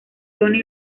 tony